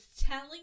telling